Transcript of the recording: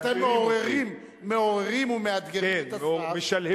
אתם מעוררים ומאתגרים את השר, כן, משלהבים את השר.